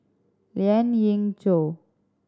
Lien Ying Chow